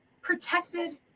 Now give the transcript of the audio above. protected